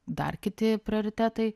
dar kiti prioritetai